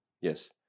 Yes